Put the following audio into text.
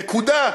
נקודה.